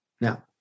Now